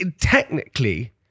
technically